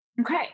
Okay